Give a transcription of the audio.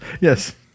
yes